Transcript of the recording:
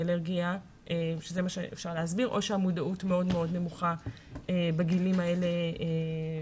אלרגיה או שהמודעות לסייעת מאוד מאוד נמוכה בגילים האלה.